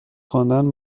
خوندن